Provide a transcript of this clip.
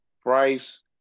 Price